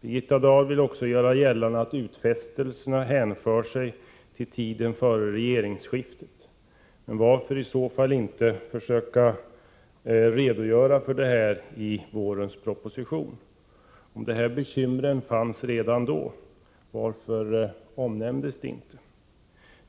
Birgitta Dahl försöker också göra gällande att utfästelserna hänför sig till tiden före regeringsskiftet. Men varför i så fall inte försöka redogöra för det här i den proposition som lades fram i våras? Om de här bekymren fanns redan vid den tidpunken, varför omnämndes de inte då?